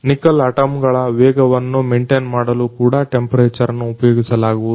nickel ಅಟೊಮ್ಗಳ ವೇಗವನ್ನ maintain ಮಾಡಲು ಕೂಡ ತಾಪಮಾನ ಅನ್ನು ಉಪಯೋಗಿಸಲಾಗುವುದು